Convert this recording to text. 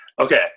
Okay